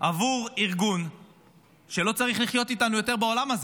עבור ארגון שלא צריך לחיות איתנו יותר בעולם הזה.